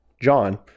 John